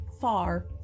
Far